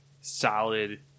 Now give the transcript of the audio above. solid